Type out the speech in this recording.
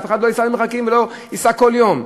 אף אחד לא ייסע למרחקים ולא ייסע כל יום.